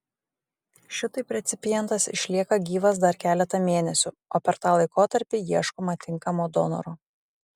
šitaip recipientas išlieka gyvas dar keletą mėnesių o per tą laikotarpį ieškoma tinkamo donoro